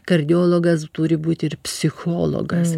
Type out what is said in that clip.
kardiologas turi būt ir psichologas